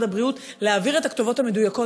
הבריאות להעביר את הכתובות המדויקות.